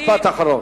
משפט אחרון.